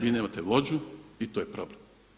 Vi nemate vođu i to je problem.